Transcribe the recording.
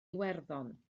iwerddon